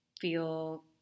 feel